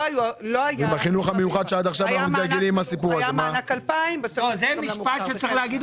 היה מענק 2000 --- זה משפט שצריך להגיד